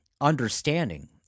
understanding